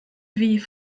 wie